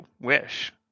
wish